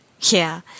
Yeah